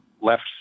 left